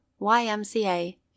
YMCA